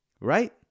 Right